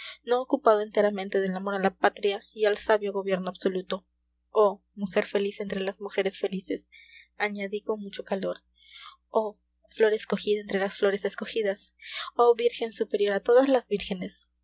no ocupado enteramente del amor a la patria y al sabio gobierno absoluto oh mujer feliz entre las mujeres felices añadí con mucho calor oh flor escogida entre las flores escogidas oh virgen superior a todas las vírgenes